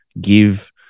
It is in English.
give